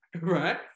right